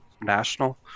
national